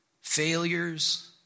failures